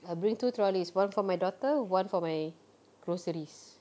I'll bring two trolleys one for my daughter one for my groceries